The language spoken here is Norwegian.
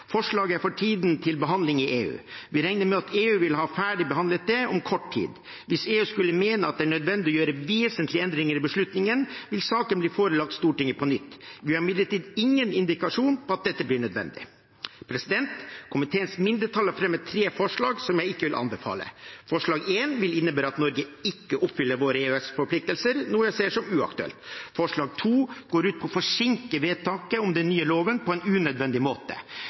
Forslaget er for tiden til behandling i EU. Vi regner med at EU vil ha ferdigbehandlet det om kort tid. Hvis EU skulle mene at det er nødvendig å gjøre vesentlige endringer i beslutningen, vil saken bli forelagt Stortinget på nytt. Vi har imidlertid ingen indikasjon på at dette blir nødvendig. Komiteens mindretall har fremmet tre forslag som jeg ikke vil anbefale. Forslag nr.1 vil innebære at Norge ikke oppfyller sine EØS-forpliktelser, noe jeg ser som uaktuelt. Forslag nr.2 går ut på å forsinke vedtaket om den nye loven på en unødvendig måte.